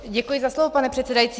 Děkuji za slovo, pane předsedající.